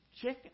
chicken